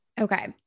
Okay